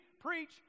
preach